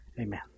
Amen